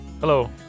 Hello